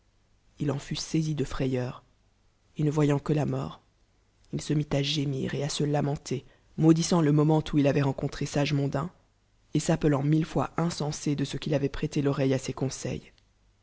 il en fut liai de fnyeur et ne voyant que la mort il e mit à gémir et à se lamenter maudissant le moment où il avc t rencontré sage mondain et s'appe ant mille fois insensé de ce qu'il voit prêté l'oreille à ses conseils